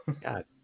God